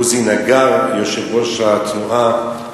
עוזי נגר, יושב-ראש התנועה,